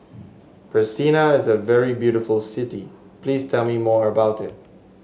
Pristina is a very beautiful city please tell me more about it